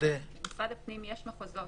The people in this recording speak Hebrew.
במשרד הפנים יש מחוזות.